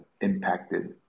impacted